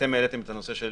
אתם העליתם את הנושא של